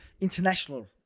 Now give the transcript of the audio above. international